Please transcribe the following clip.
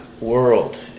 world